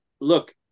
look